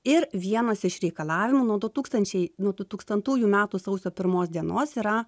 ir vienas iš reikalavimų nuo du tūkstančiai nuo du tūkstantųjų metų sausio pirmos dienos yra